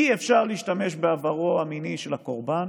אי-אפשר להשתמש בעברו המיני של הקורבן